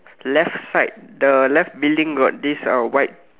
left side the left building got this uh white